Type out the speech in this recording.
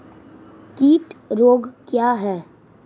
कीट रोग क्या है?